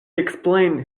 explained